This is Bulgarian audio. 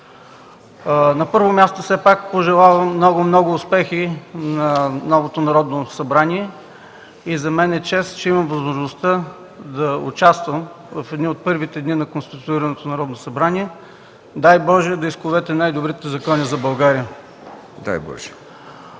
На първо място пожелавам, много, много нови успехи на новото Народно събрание. За мен е чест, че имам възможността да участвам в конституираното Народно събрание. Дай Боже да изковете най-добрите закони за България.